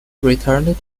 returned